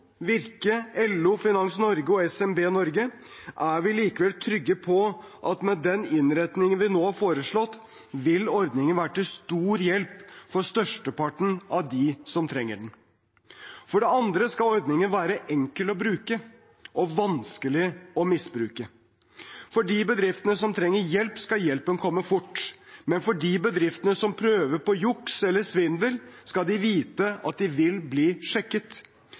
Virke, LO, Finans Norge og SMB Norge er vi likevel trygge på at med den innretningen vi nå har foreslått, vil ordningen være til stor hjelp for størsteparten av dem som trenger den. For det andre skal ordningen være enkel å bruke og vanskelig å misbruke. For de bedriftene som trenger hjelp, skal hjelpen komme fort. Men de bedriftene som prøver på juks eller svindel, skal vite at de vil bli sjekket.